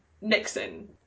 Nixon